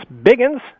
Biggins